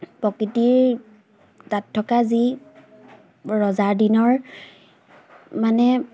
প্ৰকৃতিৰ তাত থকা যি ৰজাৰ দিনৰ মানে